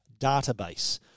database